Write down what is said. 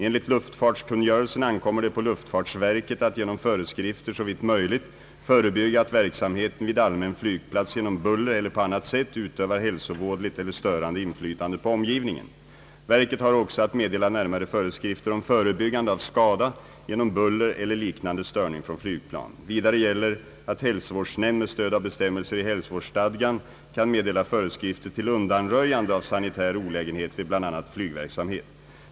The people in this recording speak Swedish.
Enligt luftfartskungörelsen ankommer det på luftfartsverket att genom föreskrifter såvitt möjligt förebygga att verksamheten vid allmän flygplats genom buller eller på annat sätt utövar hälsovådligt eller störande inflytande på omgivningen. Verket har också att meddela närmare föreskrifter om förebyggande av skada genom buller eller liknande störning från flygplan. Vidare gäller att hälsovårdsnämnd med stöd av bestämmelser i hälsovårdsstadgan kan meddela föreskrifter till undanröjande av sanitär olägenhet vid bl.a. flygverksamhet.